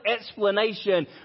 explanation